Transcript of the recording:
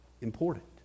important